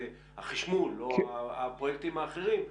החישמול או הפרויקטים האחרים,